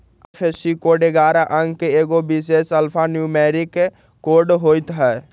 IFSC code ऐगारह अंक के एगो विशेष अल्फान्यूमैरिक कोड होइत हइ